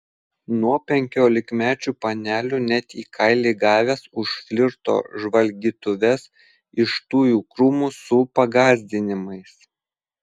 nuo penkiolikmečių panelių net į kailį gavęs už flirto žvalgytuves iš tujų krūmų su pagąsdinimais